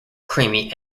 creamy